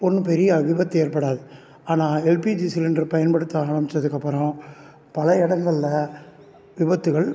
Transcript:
ஒன்றும் பெரிய விபத்து ஏற்படாது ஆனால் எல்பிஜி சிலிண்டர் பயன்படுத்த ஆரம்பிச்சதுக்கப்புறம் பல இடங்கள்ல விபத்துகள்